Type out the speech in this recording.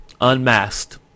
unmasked